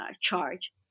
charge